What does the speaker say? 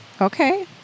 Okay